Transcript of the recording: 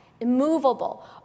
immovable